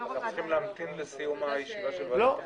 צריכים להמתין לסיום הישיבה של הוועדה?